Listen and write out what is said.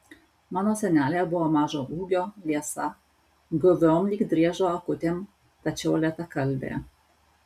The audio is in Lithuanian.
mano senelė buvo mažo ūgio liesa guviom lyg driežo akutėm tačiau lėtakalbė